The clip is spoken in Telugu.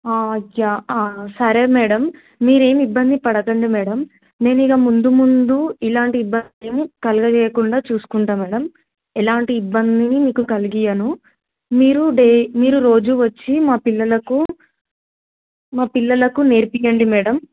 అయ్యా సరే మేడం మీరేం ఇబ్బంది పడకండి మేడం నేను ఇంకా ముందు ముందు ఇలాంటి ఇబ్బంది కలిగజేయకుండా చూసుకుంటాను మేడం ఎలాంటి ఇబ్బందిని మీకు కలిగియాను మీరు డే మీరు రోజు వచ్చి మా పిల్లలకు మా పిల్లలకు నేర్పియండి మేడం